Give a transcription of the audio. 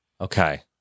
okay